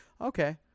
Okay